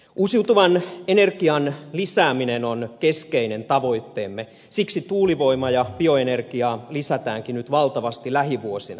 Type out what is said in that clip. uusiutuvan energian lisääminen on keskeinen tavoitteemme siksi tuulivoimaa ja bioenergiaa lisätäänkin nyt valtavasti lähivuosina